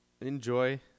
enjoy